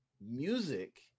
music